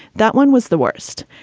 that one was the worst.